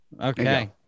Okay